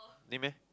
need meh